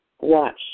watch